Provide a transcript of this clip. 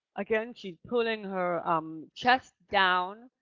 again, she's pulling her um chest down.